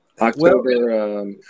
October